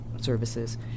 services